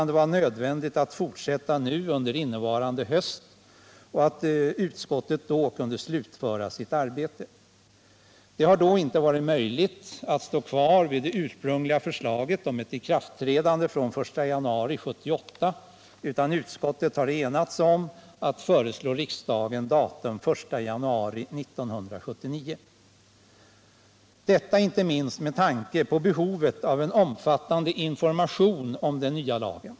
Det var nödvändigt att fortsätta nu under innevarande höst så att utskottet kunde slutföra sitt arbete. Det har då inte varit möjligt att stå kvar vid det ursprungliga förslaget om ett ikraftträdande den 1 januari 1978. Utskottet har därför enats om att som datum för ikraftträdandet föreslå den 1 januari 1979. Det har skett inte minst med tanke på behovet av en omfattande information om den nya lagen.